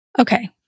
Okay